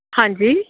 ਹਾਂਜੀ